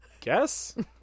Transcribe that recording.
guess